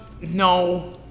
no